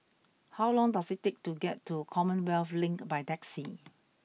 how long does it take to get to Commonwealth Link by taxi